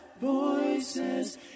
voices